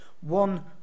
one